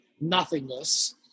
nothingness